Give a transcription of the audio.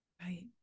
Right